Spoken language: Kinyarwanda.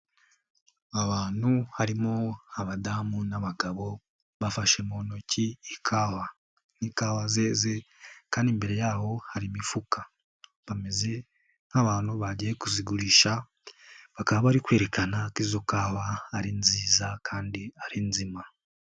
Abantu harimo abadamu n'abagabo bafashe mu ntoki ikawa, ni ikawa zeze kandi imbere yaho hari imifuka bameze nk'abantu bagiye kuzigurisha bakaba bari kwerekana ko izo kawa ari nziza kandi ari nzima.